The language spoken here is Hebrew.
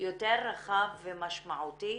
יותר רחב ומשמעותי,